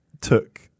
took